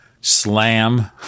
slam